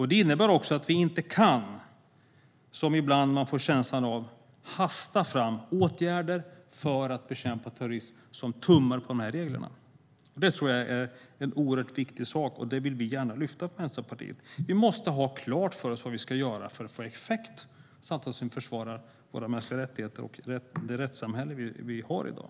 Det innebär också att man - som jag ibland kan få en känsla av - inte kan hasta fram åtgärder för att bekämpa terrorism som tummar på reglerna. Det är oerhört viktigt, och det vill vi i Vänsterpartiet gärna lyfta fram. Man måste ha klart för sig vad man ska göra för att få effekt samtidigt som man försvarar mänskliga rättigheter och det rättssamhälle som vi har i dag.